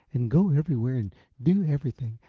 and go everywhere and do everything.